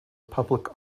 public